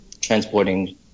transporting